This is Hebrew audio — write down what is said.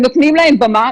ונותנים להם במה.